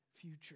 future